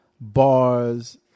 bars